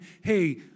hey